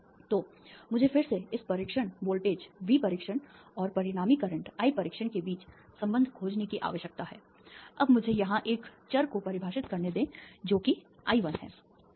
तो मुझे फिर से इस परीक्षण वोल्टेज वी परीक्षण और परिणामी करंट I परीक्षण के बीच संबंध खोजने की आवश्यकता है अब मुझे यहां एक चर को परिभाषित करने दें जो कि I 1 है